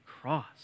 cross